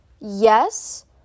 Yes